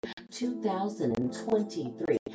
2023